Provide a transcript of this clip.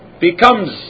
becomes